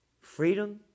Freedom